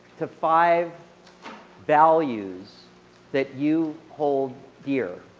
to five values that you hold dear,